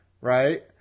right